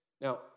Now